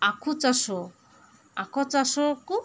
ଆଖୁ ଚାଷ ଆଖୁ ଚାଷକୁ